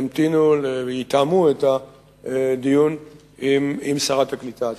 שיתאמו את הדיון עם שרת הקליטה עצמה.